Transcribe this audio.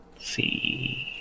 see